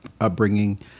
upbringing